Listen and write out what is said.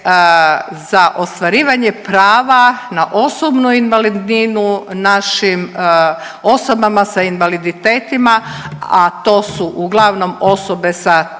za ostvarivanje prava na osobnu invalidninu našim osobama s invaliditetima, a to su uglavnom osobe sa